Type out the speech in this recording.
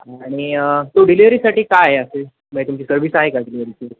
आणि तो डिलेवरीसाठी काय आहे असेल म्हणजे तुमची सर्विस आहे का डिलेवरी